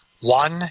one